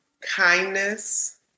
kindness